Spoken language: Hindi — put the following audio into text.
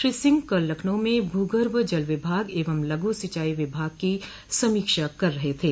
श्री सिंह कल लखनऊ में भूगर्भ जल विभाग एवं लघु सिंचाई विभाग की समीक्षा कर रहे थे